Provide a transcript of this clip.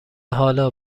حالا